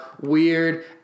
weird